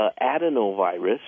adenovirus